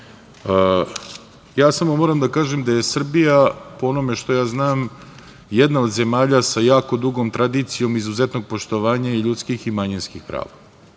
par reči. Moram da kažem da je Srbija, po onome što ja znam, jedna od zemalja sa jako dugom tradicijom izuzetnog poštovanja i ljudskih i manjinskih prava.